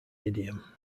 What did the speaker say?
idiom